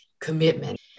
commitment